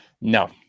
no